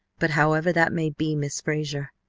but however that may be, miss frazer,